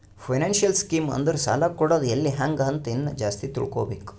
financial scheme ಅಂದುರ್ ಸಾಲ ಕೊಡದ್ ಎಲ್ಲಿ ಹ್ಯಾಂಗ್ ಅಂತ ಇನ್ನಾ ಜಾಸ್ತಿ ತಿಳ್ಕೋಬೇಕು